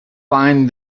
find